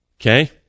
Okay